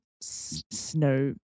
snow